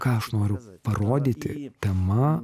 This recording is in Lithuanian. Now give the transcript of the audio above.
ką aš noriu parodyti tema